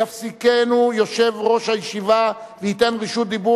יפסיקנו יושב-ראש הישיבה וייתן רשות דיבור